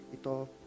ito